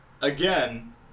Again